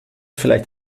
vielleicht